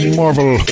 marvel